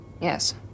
Yes